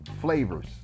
flavors